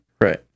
Right